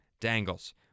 Dangles